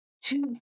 two